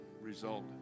result